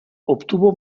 obtuvo